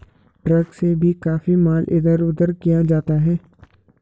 truck से भी काफी माल इधर उधर किया जाता है